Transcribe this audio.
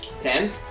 Ten